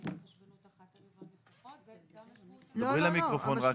התחשבנות --- דברי למיקרופון רק.